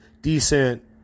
decent